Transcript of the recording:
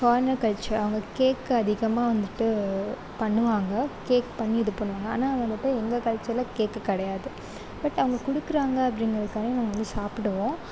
foreigner culture அவங்க cake அதிகமாக வந்துவிட்டு பண்ணுவாங்க கேக் பண்ணி இது பண்ணுவாங்க ஆனால் வந்துவிட்டு எங்கள் கல்ச்சரில் கேக்கு கிடையாது பட் அவங்க கொடுக்குறாங்க அப்டிங்கிறதுக்காக நாங்கள் வந்து சாப்பிடுவோம்